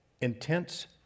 intense